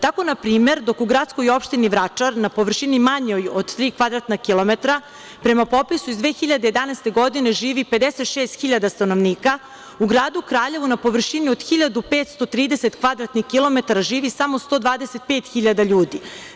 Tako, na primer, dok u gradskoj opštini Vračar na površini manjoj od tri kvadratna kilometra, prema popisu iz 2011. godine, živi 56 hiljada stanovnika, u gradu Kraljevu na površini od 1.530 kvadratnih kilometara živi samo 125 hiljada ljudi.